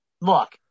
Look